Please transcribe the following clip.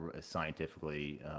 scientifically